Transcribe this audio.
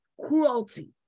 cruelty